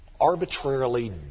arbitrarily